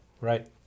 right